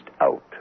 out